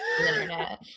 internet